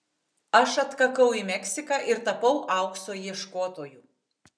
aš atkakau į meksiką ir tapau aukso ieškotoju